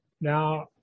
Now